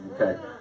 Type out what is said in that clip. Okay